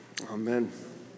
Amen